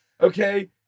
Okay